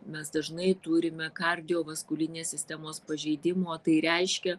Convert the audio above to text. mes dažnai turime kardiovaskulinės sistemos pažeidimų o tai reiškia